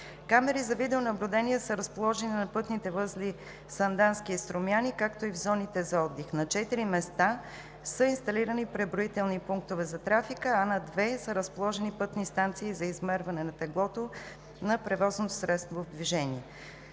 Камери за видеонаблюдение са разположени на пътните възли „Сандански“ и „Струмяни“, както и в зоните за отдих. На четири места са инсталирани преброителни пунктове за трафика, а на две са разположени пътни станции за измерване на теглото на превозното средство в движение.